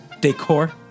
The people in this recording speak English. decor